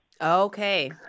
Okay